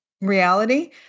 reality